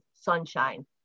sunshine